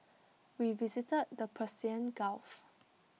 we visited the Persian gulf